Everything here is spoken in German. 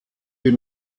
die